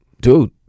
Dude